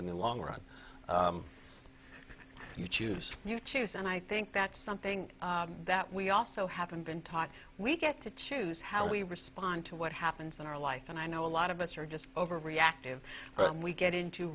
in the long run you choose you choose and i think that's something that we also haven't been taught we get to choose how we respond to what happens in our life and i know a lot of us are just over reactive and we get into